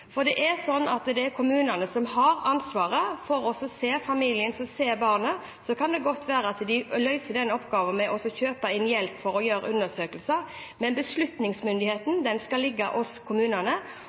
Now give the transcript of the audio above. For det er kommunene som har ansvaret for å se familien, for å se barnet. Så kan det godt være at de løser den oppgaven ved å kjøpe inn hjelp for å gjøre undersøkelser, men beslutningsmyndigheten skal ligge hos kommunene.